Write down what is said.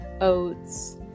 oats